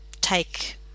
take